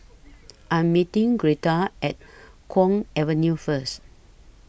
I Am meeting Greta At Kwong Avenue First